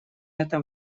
этом